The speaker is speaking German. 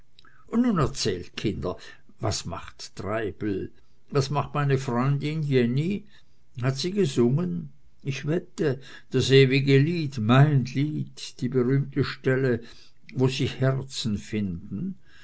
und nun erzählt kinder was macht treibel was macht meine freundin jenny hat sie gesungen ich wette das ewige lied mein lied die berühmte stelle wo sich herzen finden